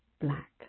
black